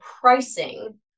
pricing